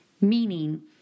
meaning